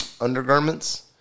undergarments